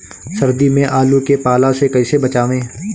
सर्दी में आलू के पाला से कैसे बचावें?